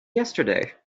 yesterday